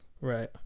Right